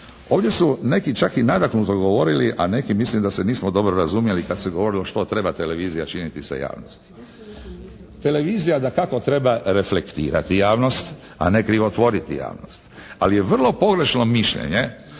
Ovdje su neki čak i nadahnuto govorili, a neki mislim da se nismo dobro razumjeli kada se govorilo što treba televizija činiti za javnost. Televizija dakako treba reflektirati javnost, a ne krivotvoriti javnost. Ali je vrlo pogrešno mišljenje